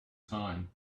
time